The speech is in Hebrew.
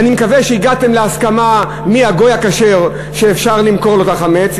אני מקווה שהגעתם להסכמה מי הגוי הכשר שאפשר למכור לו את החמץ,